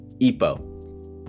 Epo